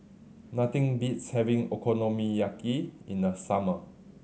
nothing beats having Okonomiyaki in the summer